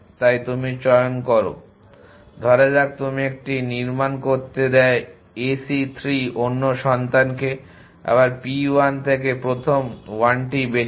তাই তুমি চয়ন করো ধরা যাক তুমি একটি নির্মাণ করতে দেয় ac 3 অন্য সন্তানকে আমরা p 1 থেকে প্রথম 1টি বেছে নিই